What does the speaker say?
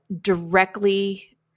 directly